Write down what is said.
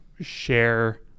share